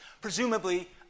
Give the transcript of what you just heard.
presumably